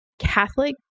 Catholic